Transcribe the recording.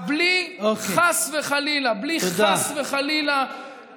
בלי חס וחלילה לרמוז